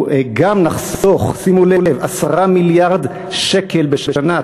גם נחסוך, שימו לב, 10 מיליארד שקל בשנה.